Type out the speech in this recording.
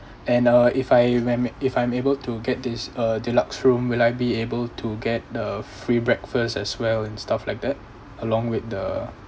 and uh if I if I'm able to get this uh deluxe room will I be able to get a free breakfast as well and stuff like that along with the